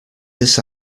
this